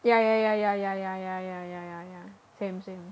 ya ya ya ya ya ya ya ya ya ya ya same same